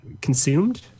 consumed